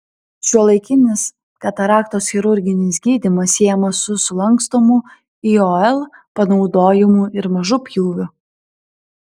šiuolaikinis kataraktos chirurginis gydymas siejamas su sulankstomų iol panaudojimu ir mažu pjūviu